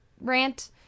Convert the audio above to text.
rant